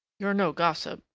you're no gossip,